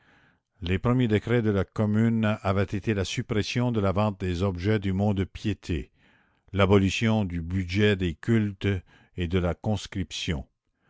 les premiers décrets de la commune avaient été la suppression de la vente des objets du mont-de-piété l'abolition du budget des cultes et de la conscription